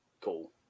cool